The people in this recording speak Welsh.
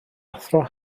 athro